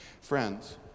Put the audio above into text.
Friends